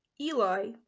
Eli